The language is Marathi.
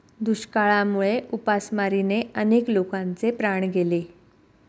दुष्काळामुळे उपासमारीने अनेक लोकांचे प्राण गेले